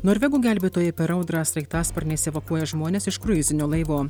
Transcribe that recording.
norvegų gelbėtojai per audrą sraigtasparniais evakuoja žmones iš kruizinio laivo